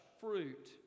fruit